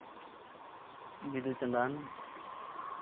Bidu Chandan